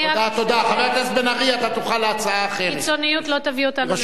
רק פשוט, השתנתה.